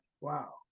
wow